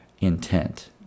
intent